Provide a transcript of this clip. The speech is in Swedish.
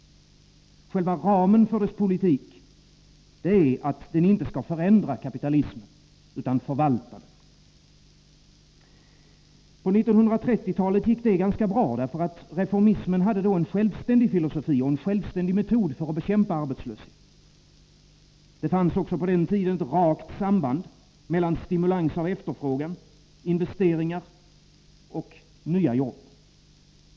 Själva ramen för dess politik är att den inte skall förändra kapitalismen utan förvalta den. På 1930-talet gick det ganska bra. Reformismen hade då en självständig filosofi och en självständig metod för att bekämpa arbetslösheten. Det fanns också på den tiden ett rakt samband mellan stimulans av efterfrågan, investeringar och nya jobb.